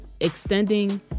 extending